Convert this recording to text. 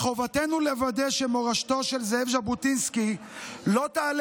מחובתנו לוודא שמורשתו של זאב ז'בוטינסקי לא תעלה